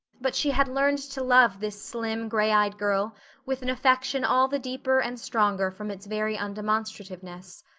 but she had learned to love this slim, gray-eyed girl with an affection all the deeper and stronger from its very undemonstrativeness.